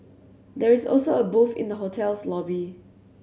there is also a booth in the hotel's lobby